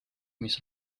mis